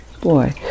Boy